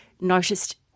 noticed